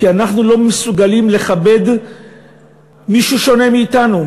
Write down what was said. כי אנחנו לא מסוגלים לכבד מישהו שונה מאתנו,